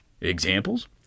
Examples